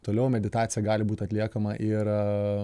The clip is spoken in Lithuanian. toliau meditacija gali būt atliekama ir